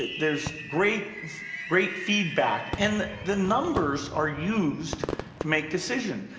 there's great great feedback. and the numbers are used to make decisions.